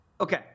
Okay